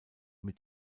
mit